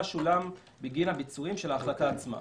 שולם בגין הביצועים של ההחלטה עצמה.